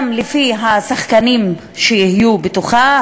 גם לפי השחקנים שיהיו בתוכה,